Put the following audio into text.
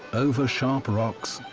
over sharp rocks,